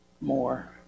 more